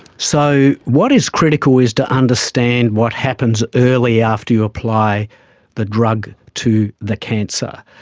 so what is critical is to understand what happens early after you apply the drug to the cancer.